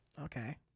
okay